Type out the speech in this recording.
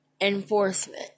enforcement